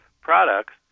products